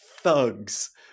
thugs